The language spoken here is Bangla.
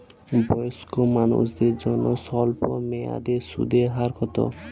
বয়স্ক মানুষদের জন্য স্বল্প মেয়াদে সুদের হার কত?